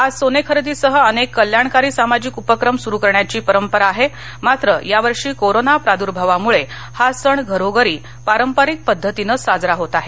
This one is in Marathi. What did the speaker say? आज सोने खरेदीसह अनेक कल्याणकारी सामाजिक उपक्रम सुरु करण्याची परंपरा आहे मात्र या वर्षी कोरोना प्रादुर्भावामुळे हा सण घरोघरी पारंपारिक पद्धतीने साजरा होत आहे